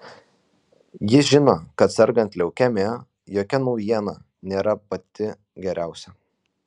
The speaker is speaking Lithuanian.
ji žino kad sergant leukemija jokia naujiena nėra pati geriausia